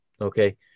Okay